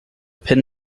pin